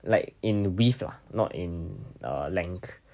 like in width lah not in uh length